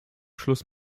schluss